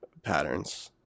patterns